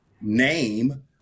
name